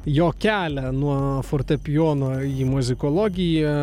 jo kelią nuo fortepijono į muzikologiją